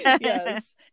yes